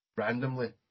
randomly